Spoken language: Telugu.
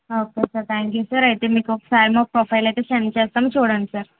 okay sir thank you sir అయితే మీకు ఒకసారి మా ప్రొఫైల్ అయితే సెండ్ చేస్తాము చూడండి సార్